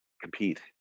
compete